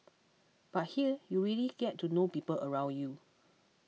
but here you really get to know people around you